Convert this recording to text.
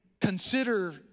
consider